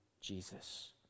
Jesus